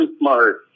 smart